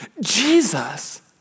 Jesus